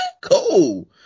Cool